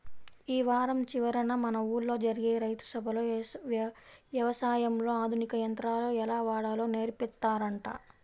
యీ వారం చివరన మన ఊల్లో జరిగే రైతు సభలో యవసాయంలో ఆధునిక యంత్రాలు ఎలా వాడాలో నేర్పిత్తారంట